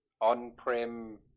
on-prem